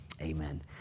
Amen